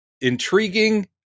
intriguing